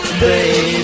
baby